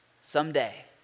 someday